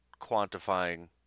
quantifying